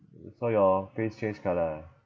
so your face change colour ah